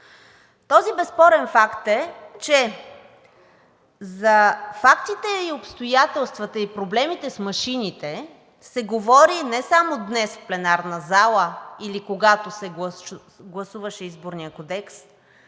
Този безспорен факт е, че за фактите, обстоятелствата и проблемите с машините се говори не само днес в пленарната зала или когато се гласуваше Изборният кодекс,